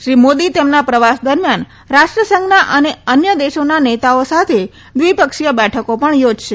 શ્રી મોદી તેમના પ્રવાસ દરમિથાન રાષ્ટ્રસંઘના અને અન્ય દેશોના નેતાઓ સાથે દ્વિપક્ષીય બેઠકો પણ યોજશે